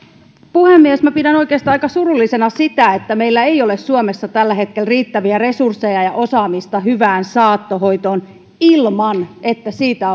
puhemies pidän oikeastaan aika surullisena sitä että meillä ei ole suomessa tällä hetkellä riittäviä resursseja ja osaamista hyvään saattohoitoon ilman että siitä